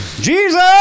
Jesus